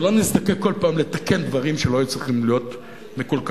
שלא נזדקק כל פעם לתקן דברים שלא צריכים להיות מקולקלים.